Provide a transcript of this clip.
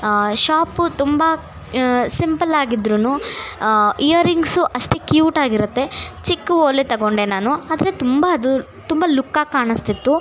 ಆಂ shop ತುಂಬ ಸಿಂಪಲಾಗಿದ್ರೂ ಆಂ ಇಯರಿಂಗ್ಸು ಅಷ್ಟೆ ಕ್ಯೂಟಾಗಿರುತ್ತೆ ಚಿಕ್ಕ ಓಲೆ ತೊಗೊಂಡೆ ನಾನು ಆದರೆ ತುಂಬ ಅದು ತುಂಬ ಲುಕ್ಕಾಗಿ ಕಾಣಿಸ್ತಿತ್ತು